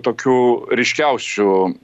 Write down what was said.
tokių ryškiausių